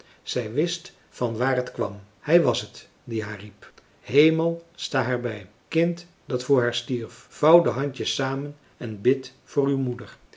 zij wist van waar het kwam hij was t die haar riep hemel sta haar bij kind dat voor haar stierf vouw de handjes samen en bid voor uw moeder